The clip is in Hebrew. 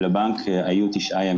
ולבנק היו תשעה ימים.